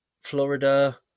Florida